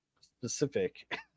specific